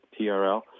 TRL